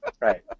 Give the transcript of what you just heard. right